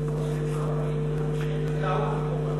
הצעת סיעת חד"ש להביע אי-אמון בממשלה לא נתקבלה.